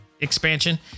expansion